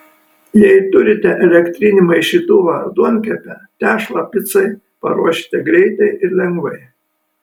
jei turite elektrinį maišytuvą ar duonkepę tešlą picai paruošite greitai ir lengvai